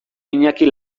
iñaki